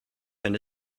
wenn